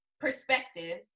perspective